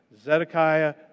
Zedekiah